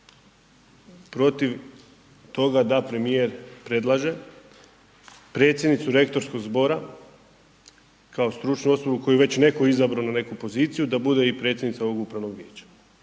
niti protiv toga da premijer predlaže predsjednicu rektorskog zbora kao stručnu osobu koju je već netko izabrao na neku poziciju da bude i predsjednica ovog upravnog vijeća.